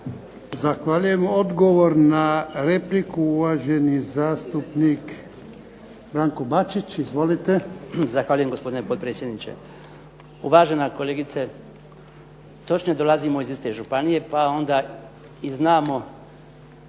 Zahvaljujem. Odgovor na repliku uvaženi zastupnik Branko Bačić. Izvolite. **Bačić, Branko (HDZ)** Zahvaljujem gospodine potpredsjedniče. Uvažena kolegice, točno je dolazimo iz iste županije pa onda i znamo